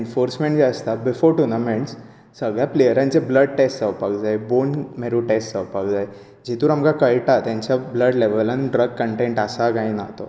enforcement जे आसता before tournament सगळ्या प्लेयरांचे ब्लड टेस्ट जावपाक जाय बोन मेरो टेस्ट जावपाक जाय जितुन आमकां कळटा तेंच्या ब्लड लेवलांत ड्रग कंटेंट आसा कांय ना तो